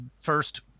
first